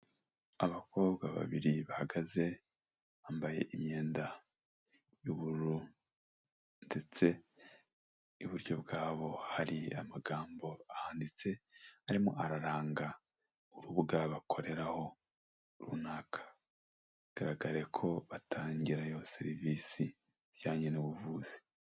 Abakobwa babiri bahagaze, bambaye imyenda y'ubururu ndetse iburyo bwabo hari amagambo ahanditse arimo araranga urubuga bakoreraho runaka bigaragare ko batangirayo serivisi zijyanye n'ubuvuzi.